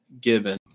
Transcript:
given